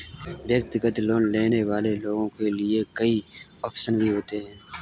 व्यक्तिगत लोन लेने वाले लोगों के लिये कई आप्शन भी होते हैं